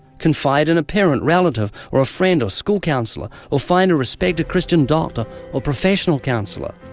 confide in a parent, relative, or a friend, or school counselor, or find a respected christian doctor or professional counselor.